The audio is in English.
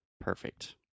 Perfect